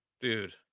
Dude